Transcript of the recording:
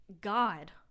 God